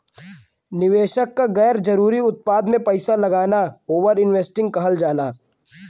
निवेशक क गैर जरुरी उत्पाद में पैसा लगाना ओवर इन्वेस्टिंग कहल जाला